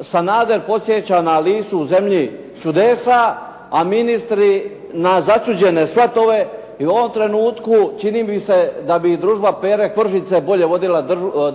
Sanader podsjeća na "Alisu u zemlji čudesa", a ministri na "začuđene svatove" i u ovom trenutku čini mi se da bi i "družba Pere Kvržice" bolje vodila